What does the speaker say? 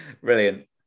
Brilliant